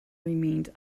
remained